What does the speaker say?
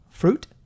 Fruit